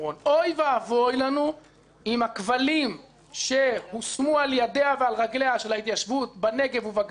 אוי לנו אם הכבלים שהושמו על ידיה ועל רגליה של ההתיישבות בנגב ובגליל,